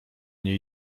mnie